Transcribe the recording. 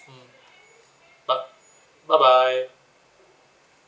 mm b~ bye bye